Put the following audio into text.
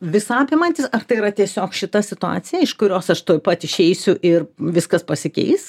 visa apimantis ar tai yra tiesiog šita situacija iš kurios aš tuoj pat išeisiu ir viskas pasikeis